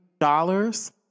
dollars